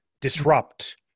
disrupt